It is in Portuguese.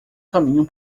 caminho